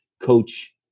coach